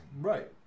right